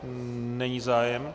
Není zájem.